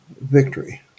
victory